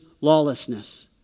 Lawlessness